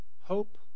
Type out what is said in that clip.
hope